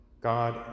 God